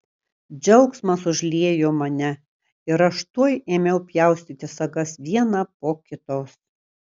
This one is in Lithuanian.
džiaugsmas užliejo mane ir aš tuoj ėmiau pjaustyti sagas vieną po kitos